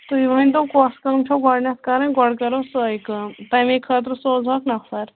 تُہۍ ؤنۍتَو کۄس کٲم چھو گۄڈٕنٮ۪تھ کَرٕنۍ گۄڈٕ کَرو سۄے کٲم تَمے خٲطرٕ سوزہوکھ نفر